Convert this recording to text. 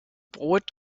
brot